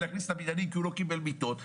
להכניס לבניינים כי הוא לא קיבל מיטות,